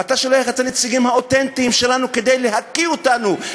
אתה שולח את הנציגים האותנטיים שלנו כדי להקיא אותנו,